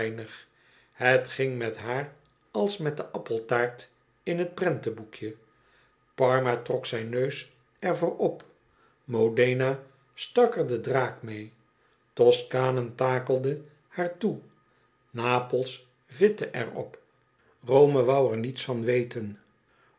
het ging met haar als met de appeltaart in t prentenboekje parma trok zijn neus er voor op m o d e n a stak or den draak mee ïosjtanen takelde haar toe napels vitte er op rome wou er niets van weten